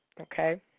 okay